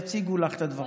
יציגו לך את הדברים.